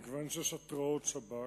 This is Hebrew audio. ומכיוון שיש התרעות שב"כ,